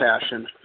passion